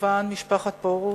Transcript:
כמובן משפחת פרוש,